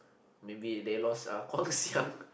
maybe they lost uh Guang-Xiang